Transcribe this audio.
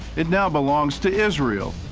it now belongs to israel,